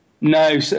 No